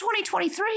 2023